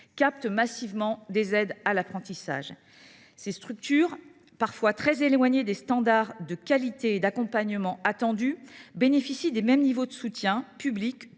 captent massivement les aides à l’apprentissage. Ces structures, parfois très éloignées des standards de qualité et d’accompagnement attendus, bénéficient des mêmes niveaux de soutien public